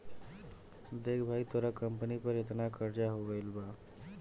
देख भाई तोरा कंपनी पर एतना कर्जा हो गइल बा